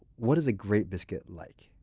what is a great biscuit like?